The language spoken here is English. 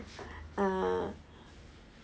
ah